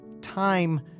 time